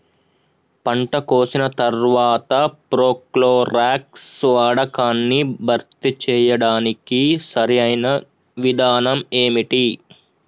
పంట కోసిన తర్వాత ప్రోక్లోరాక్స్ వాడకాన్ని భర్తీ చేయడానికి సరియైన విధానం ఏమిటి?